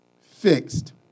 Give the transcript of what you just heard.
fixed